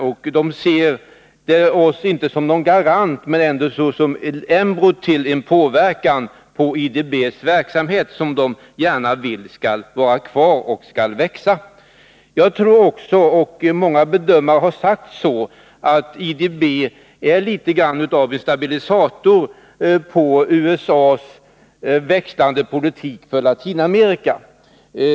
Man ser inte vårt medlemskap som någon garant men ändå såsom ett embryo till en påverkan på IDB:s verksamhet som man gärna vill ha kvar — och man vill att den växer. Jag tror, och många bedömare har sagt så, att IDB är något av en stabilisator på USA:s växlande politik för Latinamerika.